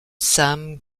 sam